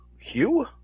Hugh